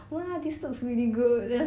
mm